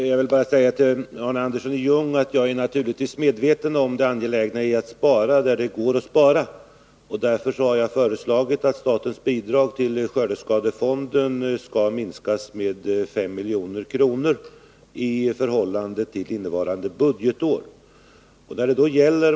Herr talman! Jag vill bara till Arne Andersson i Ljung säga att jag naturligtvis är medveten om det angelägna i att spara där det går att spara. Därför har jag också föreslagit att statens bidrag till skördeskadefonden skall minskas med 5 milj.kr. i förhållande till bidraget innevarande år.